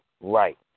right